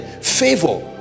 favor